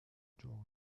georg